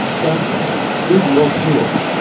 dubbed the good will tour,